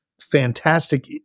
fantastic